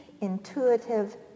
intuitive